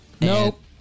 Nope